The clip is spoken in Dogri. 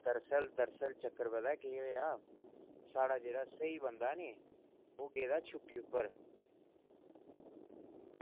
दरअसल दरअसल चक्कर पता केह् ऐ साढ़ा जेह्ड़ा स्हेई बंदा नी ओह् गेदा छुट्टी उप्पर